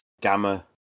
Gamma